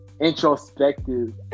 introspective